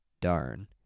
darn